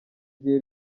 gihe